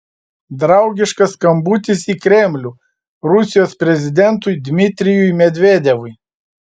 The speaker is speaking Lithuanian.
draugiškas skambutis į kremlių rusijos prezidentui dmitrijui medvedevui